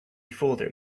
folder